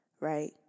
right